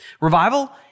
Revival